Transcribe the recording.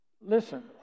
Listen